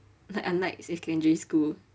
like unlike secondary school